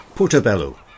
Portobello